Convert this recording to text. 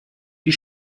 die